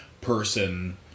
person